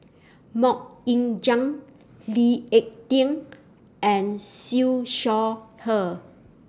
Mok Ying Jang Lee Ek Tieng and Siew Shaw Her